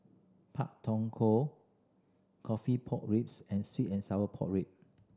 Pak Thong Ko coffee pork ribs and sweet and sour pork rib